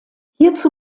hierzu